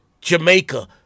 Jamaica